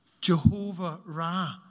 Jehovah-Ra